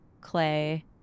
clay